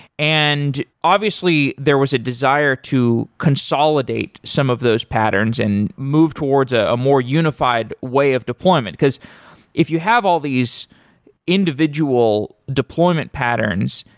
and obviously, there was a desire desire to consolidate some of those patterns and move towards a a more unified way of deployment, because if you have all these individual deployment patterns,